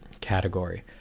category